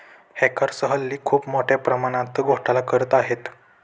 hackers हल्ली खूप मोठ्या प्रमाणात घोटाळा करत आहेत